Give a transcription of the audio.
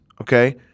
okay